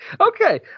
Okay